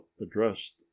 addressed